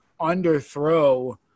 underthrow